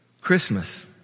Christmas